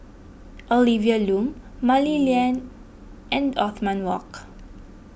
Olivia Lum Mah Li Lian and Othman Wok